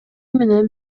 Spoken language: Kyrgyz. менен